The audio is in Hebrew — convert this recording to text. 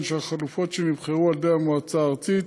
חשוב לציין שהחלופות שנבחרו על-ידי המועצה הארצית